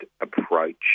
approach